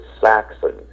Saxon